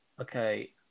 Okay